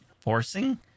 forcing